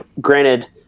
Granted